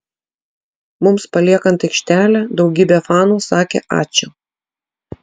mums paliekant aikštelę daugybė fanų sakė ačiū